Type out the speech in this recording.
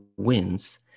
wins